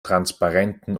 transparenten